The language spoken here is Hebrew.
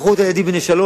לקחו את הילדים בני שלוש,